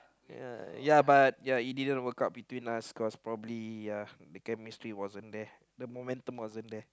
ya ya but ya it didn't work out between us cause probably ya the chemistry the wasn't there the momentum wasn't there